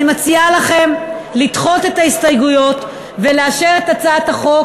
אני מציעה לכם לדחות את ההסתייגויות ולאשר את הצעת החוק